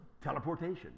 teleportation